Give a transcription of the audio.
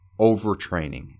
overtraining